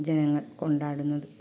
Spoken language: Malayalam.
ജനങ്ങൾ കൊണ്ടാടുന്നത്